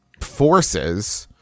forces